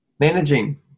Managing